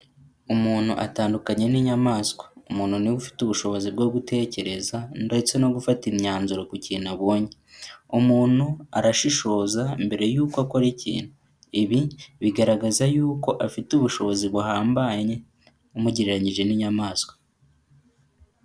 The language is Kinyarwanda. Umuntu atandukanye n'inyamaswa, umuntu niwe ufite ubushobozi bwo gutekereza ndetse no gufata imyanzuro ku kintu abonye, umuntu arashishoza mbere y'uko akora ikintu, ibi bigaragaza yuko afite ubushobozi buhambaye umugereranyije n'inyamaswa.